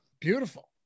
Beautiful